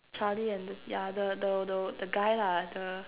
Charlie and the yeah the the the the guy lah the